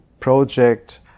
project